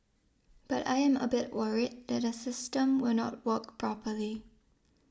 but I am a bit worried that the system will not work properly